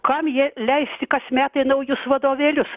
kam jie leisti kasmet naujus vadovėlius